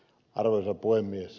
arvoisa puhemies